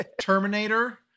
terminator